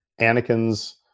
Anakin's